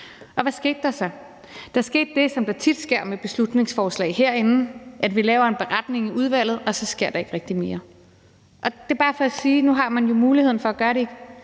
Hvad skete der så? Der skete det, som der tit sker med beslutningsforslag herinde: Vi laver en beretning i udvalget, og så sker der ikke rigtig mere. Det er bare for at sige, at nu har man jo muligheden for at gøre det igen.